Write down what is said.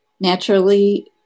naturally